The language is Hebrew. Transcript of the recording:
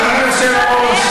פורפרה.